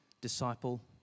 disciple